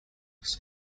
was